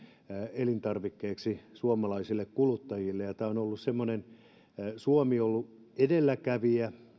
elintarvikkeeksi suomalaisille kuluttajille tämä on ollut semmoinen missä suomi on ollut edelläkävijä